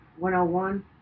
101